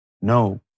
No